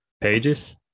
pages